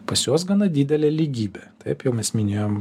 pas juos gana didelė lygybė taip jau mes minėjom